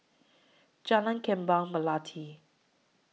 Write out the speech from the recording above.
Jalan Kembang Melati